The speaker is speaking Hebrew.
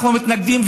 אנחנו מתנגדים,